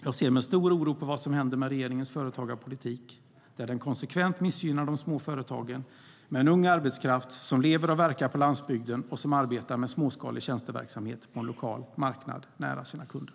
Jag ser med stor oro på vad som händer med regeringens företagarpolitik som konsekvent missgynnar de små företagen med en ung arbetskraft som lever och verkar på landsbygden och som arbetar med småskalig tjänsteverksamhet på en lokal marknad nära sina kunder.